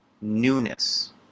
Newness